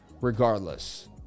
regardless